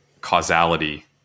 causality